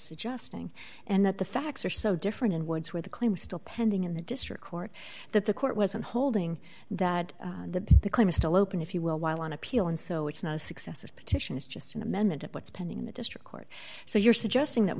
suggesting and that the facts are so different and ones where the claim still pending in the district court that the court wasn't holding that the claim is still open if you will while on appeal and so it's not a success if petition is just an amendment spending in the district court so you're suggesting that